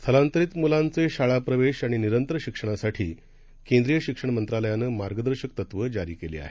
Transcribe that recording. स्थंलातरित मूलाचे शाळा प्रवेश आणि निरंतर शिक्षणासाठी केंद्रीय शिक्षण मंत्रालयानं मार्गदर्शक तत्व जारी केले आहेत